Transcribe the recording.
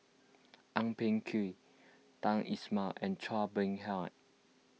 Ang Peng Tiam Hamed Ismail and Chua Beng Huat